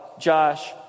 Josh